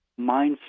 mindset